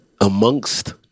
amongst